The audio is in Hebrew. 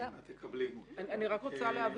אני רוצה להבהיר.